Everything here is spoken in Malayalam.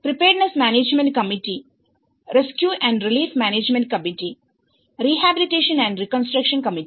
preparedness management committee rescue and relief management committee rehabilitation and reconstruction committee